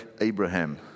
Abraham